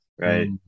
right